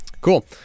Cool